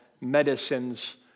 medicines